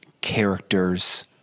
characters